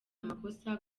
amakosa